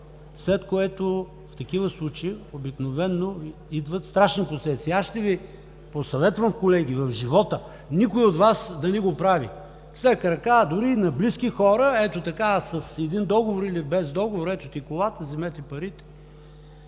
след което в такива случаи обикновено идват страшни последствия. Колеги, ще Ви посъветвам в живота никой от Вас да не го прави с лека ръка, дори и на близки хора, ето така с един договор или без договор: „Ето ти колата, вземете парите“